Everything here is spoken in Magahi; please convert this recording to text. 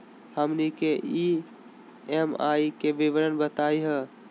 हमनी के ई.एम.आई के विवरण बताही हो?